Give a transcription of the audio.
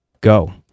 go